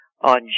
On